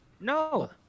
No